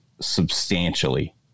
substantially